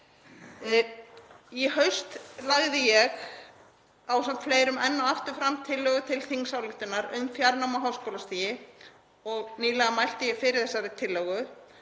Í haust lagði ég ásamt fleirum enn og aftur fram tillögu til þingsályktunar um fjarnám á háskólastigi og nýlega mælti ég fyrir þessari tillögu.